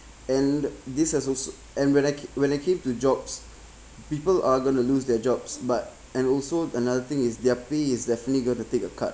and this has also and when I ca~ when I came to jobs people are going to lose their jobs but and also another thing is their pay is definitely going to take a cut